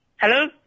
Hello